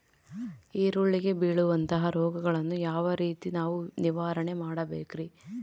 ಈರುಳ್ಳಿಗೆ ಬೇಳುವಂತಹ ರೋಗಗಳನ್ನು ಯಾವ ರೇತಿ ನಾವು ನಿವಾರಣೆ ಮಾಡಬೇಕ್ರಿ?